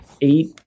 eight